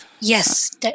Yes